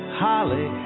holly